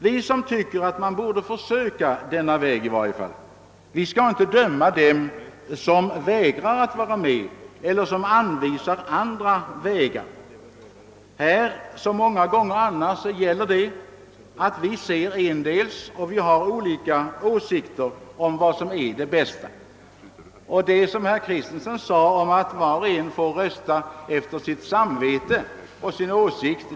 Vi som anser att man i varje fall borde försöka denna väg skall inte döma dem som vägrar att vara med eller som anvisar andra vägar. Men som många gånger annars gäller det att vi ser ensidigt på frågan, och vi har olika åsikter om vad som är det bästa. Herr Kristenson sade att var och en får rösta efter sitt samvete och sin åsikt.